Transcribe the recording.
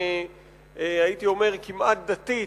הייתי אומר כמעט דתית,